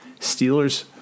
Steelers